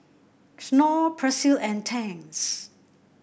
Knorr Persil and Tangs